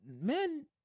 men